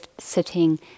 sitting